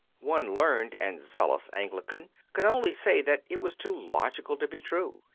one learned and zealous anglican could only say that it was too logical to be true,